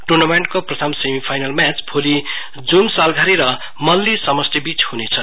टुर्नामेन्टको प्रथम semifinal match भोलि जुम सालघारी र मल्ली समष्टी बीच हुनेछ